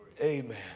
Amen